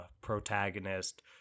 protagonist